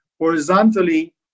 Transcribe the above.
Horizontally